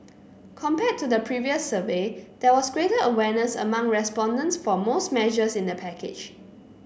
compared to the previous survey there was greater awareness among respondents for most measures in the package